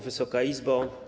Wysoka Izbo!